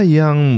yang